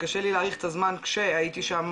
קשה לי להעריך את הזמן כשהייתי שם,